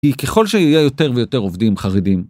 היא ככל שיהיה יותר ויותר עובדים חרדים.